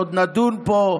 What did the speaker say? עוד נדון בו פה.